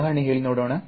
ಇದೆ ನಾವು ನೋಡುವ ಬೆಳಕು